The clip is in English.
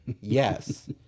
Yes